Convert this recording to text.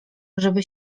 żeby